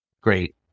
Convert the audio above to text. Great